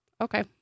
Okay